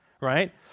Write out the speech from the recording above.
right